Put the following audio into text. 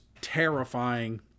terrifying